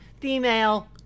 female